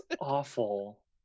awful